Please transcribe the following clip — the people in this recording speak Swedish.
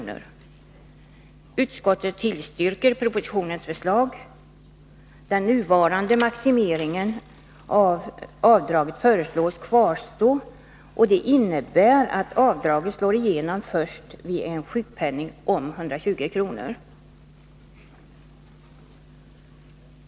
Utskottsmajoriteten tillstyrker propositionens förslag. Den nuvarande maximeringen av avdraget föreslås kvarstå, och det innebär att avdraget slår igenom först vid en sjukpenning om 120 kr.